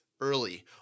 Early